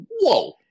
Whoa